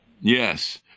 Yes